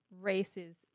races